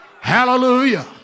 Hallelujah